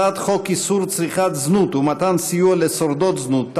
הצעת חוק איסור צריכת זנות ומתן סיוע לשורדות זנות,